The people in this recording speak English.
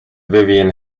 vivian